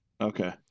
Okay